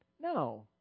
No